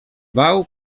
bał